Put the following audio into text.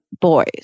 boys